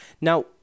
now